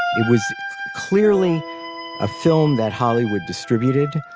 it was clearly a film that hollywood distributed,